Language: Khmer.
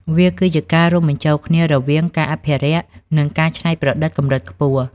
វាគឺជាការរួមបញ្ចូលគ្នារវាងការអភិរក្ស និងការច្នៃប្រឌិតកម្រិតខ្ពស់។